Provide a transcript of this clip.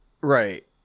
Right